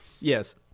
Yes